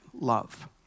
Love